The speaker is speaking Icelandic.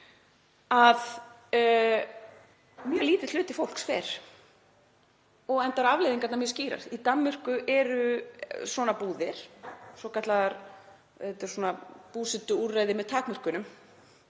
að mjög lítill hluti fólks fer, enda eru afleiðingarnar mjög skýrar. Í Danmörku eru búðir, svokölluð búsetuúrræði með takmörkunum